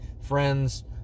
friends